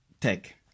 tech